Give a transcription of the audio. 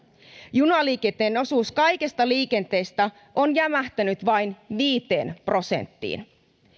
junaliikenteen osuus kaikesta liikenteestä on jämähtänyt vain viiteen prosenttiin